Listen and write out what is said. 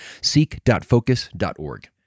seek.focus.org